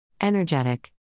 Energetic